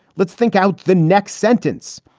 let's think out the next sentence.